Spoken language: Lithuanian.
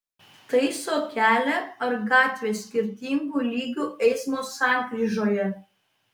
taiso kelią ar gatvę skirtingų lygių eismo sankryžoje